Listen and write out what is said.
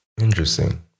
Interesting